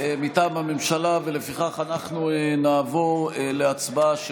אנחנו נעבור להצבעה שמית.